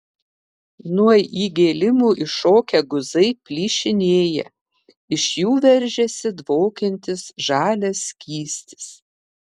nuo įgėlimų iššokę guzai plyšinėja iš jų veržiasi dvokiantis žalias skystis